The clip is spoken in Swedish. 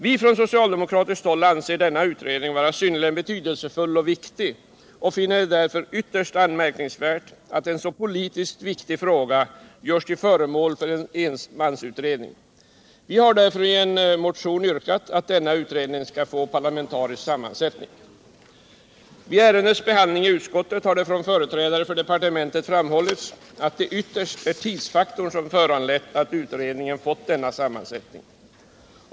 Vi från socialdemokratiskt håll anser denna utredning vara synnerligen betydelsefull och viktig och finner det därför ytterst anmärkningsvärt att en mn politiskt så viktig fråga görs till föremål för en enmansutredning. Vi har därför i en motion yrkat att denna utredning skall få parlamentarisk sammansättning. Vid ärendets behandling i utskottet har det från företrädare från departementet framhållits att det ytterst är tidsfaktorn som föranlett att utredningen fått denna sammansättning.